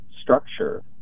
structure